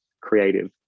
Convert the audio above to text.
creative